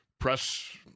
Press